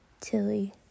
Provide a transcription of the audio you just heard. Tilly